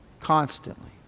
Constantly